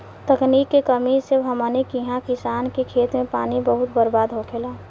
तकनीक के कमी से हमनी किहा किसान के खेत मे पानी बहुत बर्बाद होखेला